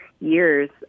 years